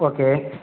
okay